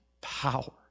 power